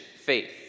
faith